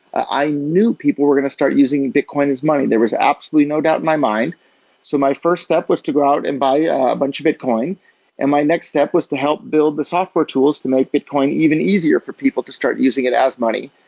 i knew people were going to start using bitcoin as money. there was absolutely no doubt in my mind so my first step was to go out and buy ah a bunch of bitcoin and my next step was to help build the software tools to make bitcoin even easier for people to start using it as money.